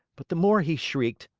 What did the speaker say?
but the more he shrieked,